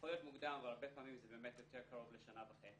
שיכול להיות מוקדם אבל הרבה פעמים זה באמת יותר קרוב לשנה וחצי